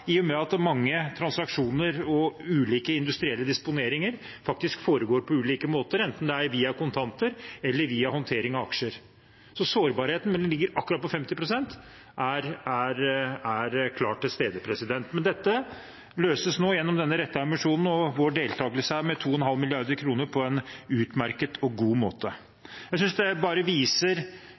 i og med at mange transaksjoner og ulike industrielle disponeringer faktisk foregår på ulike måter, enten det er via kontanter eller via håndtering av aksjer. Så sårbarheten ved å ligge på akkurat 50 pst. er klart til stede. Dette løses nå gjennom denne rettede emisjonen – vår deltakelse er med 2,5 mrd. kr – på en utmerket og god måte. Jeg synes dette viser